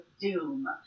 Doom